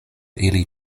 ili